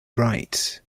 rights